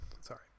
sorry